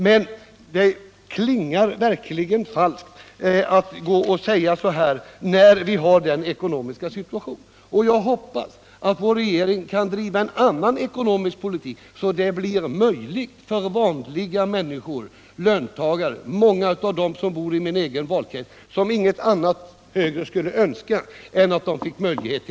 Men det klingar verkligen falskt när man gör uttalanden av detta slag i nuvarande ckonomiska situation. Jag hoppas att vår regering kan driva en annan ekonomisk politik som möjliggör en sådan konsumtion för vanliga löntagare, t.ex. för många av dem som bor i min egen valkrets och som ingenting högre skulle önska än att få en sådan möjlighet.